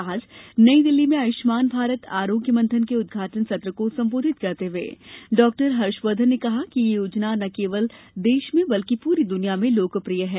आज नई दिल्ली में आयुष्मान भारत आरोग्य मंथन के उद्घाटन सत्र को सम्बोधित करते हुए डॉक्टर हर्षवर्धन ने कहा कि यह योजना न केवल देश में बल्कि प्ररी दुनिया में लोकप्रिय है